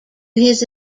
his